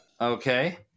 Okay